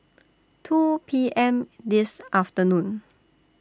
two P M This afternoon